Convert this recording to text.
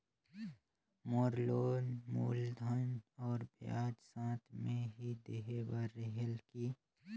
मोर loan मूलधन और ब्याज साथ मे ही देहे बार रेहेल की?